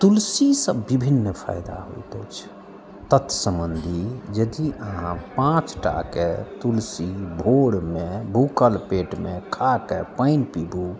तुलसीसँ विभिन्न फायदा होइत अछि तत्सम्बन्धी यदि अहाँ पाँच टा कए तुलसी भोरमे भूखल पेटमे खाकऽ पानि पीबू